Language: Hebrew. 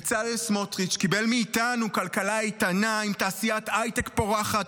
בצלאל סמוטריץ' קיבל מאיתנו כלכלה איתנה עם תעשיית הייטק פורחת,